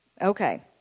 Okay